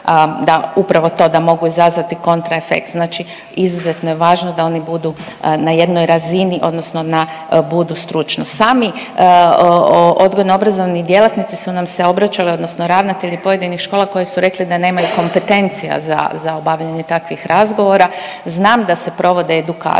da upravo to da mogu izazvati kontra efekt. Znači izuzetno je važno da oni budu na jednoj razini odnosno da budu stručni. Sami odgojno-obrazovni djelatnici su nam se obraćali odnosno ravnatelji pojedinih škola koji su rekli da nemaju kompetencija za obavljanje takvih razgovora. Znam da se provode edukacije,